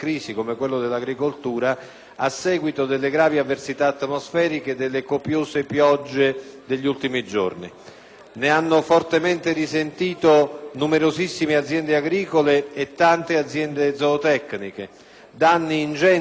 Ne hanno fortemente risentito numerosissime aziende agricole e tante aziende zootecniche. Danni ingenti sono stati prodotti alle colture, in particolare alle coltivazioni orticole, interi raccolti sono andati distrutti.